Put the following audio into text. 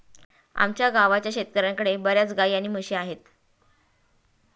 आमच्या गावाच्या शेतकऱ्यांकडे बर्याच गाई आणि म्हशी आहेत